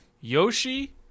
Yoshi